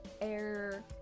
air